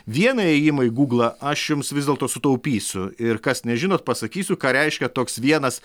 vieną ėjimą į guglą aš jums vis dėlto sutaupysiu ir kas nežinot pasakysiu ką reiškia toks vienas